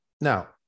Now